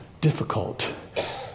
difficult